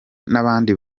n’abandi